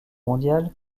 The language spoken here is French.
mondiale